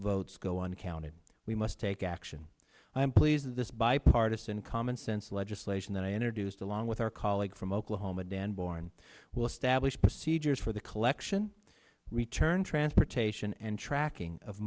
votes go on counted we must take action i am pleased this bipartisan common sense legislation that i enter deuced along with our colleague from oklahoma dan boren will establish procedures for the collection return transportation and tracking of